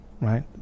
right